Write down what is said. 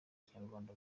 ikinyarwanda